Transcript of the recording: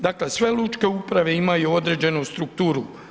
Dakle, sve lučke uprave imaju određenu strukturu.